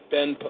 Ben –